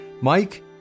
Mike